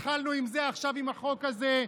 התחלנו עכשיו עם החוק הזה.